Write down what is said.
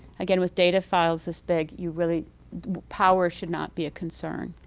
again, with data files this big, you really power should not be a concern.